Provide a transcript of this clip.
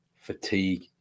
fatigue